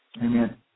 Amen